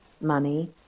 money